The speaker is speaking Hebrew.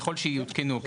ככל שיותקנו,